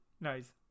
nice